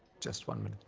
just one minute,